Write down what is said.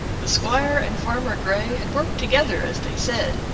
the squire and farmer grey had worked together, as they said,